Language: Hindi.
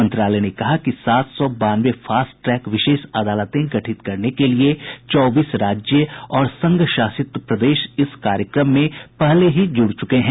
मंत्रालय ने कहा है कि सात सौ बानवे फास्ट ट्रैक विशेष अदालतें गठित करने के लिए चौबीस राज्य और संघ शासित प्रदेश इस कार्यक्रम में पहले ही जुड़ चुके हैं